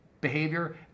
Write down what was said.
behavior